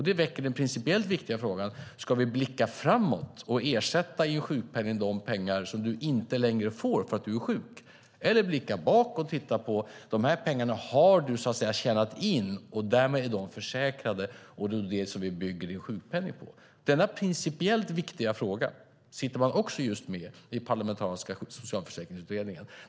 Det väcker den principiellt viktiga frågan: Ska vi blicka framåt och ersätta, ge i sjukpenning, de pengar som du inte längre får därför att du är sjuk, eller ska vi blicka bakåt och titta på de pengar du så att säga har tjänat in och som därmed är försäkrade - pengar som din sjukpenning byggs på? Denna principiellt viktiga fråga sitter man också just nu med i den parlamentariska socialförsäkringsutredningen.